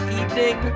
evening